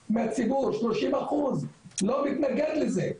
ושוב מהציבור, שלושים אחוז לא מתנגד לזה.